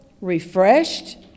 Refreshed